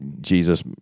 Jesus